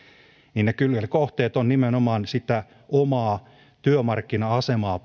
niin kyllä ne kohteet ovat nimenomaan sitä omaa työmarkkina asemaa